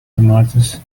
tomatoes